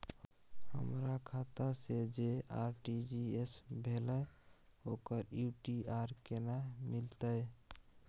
हमर खाता से जे आर.टी.जी एस भेलै ओकर यू.टी.आर केना मिलतै?